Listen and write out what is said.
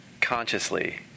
consciously